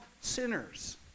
sinners